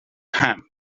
camp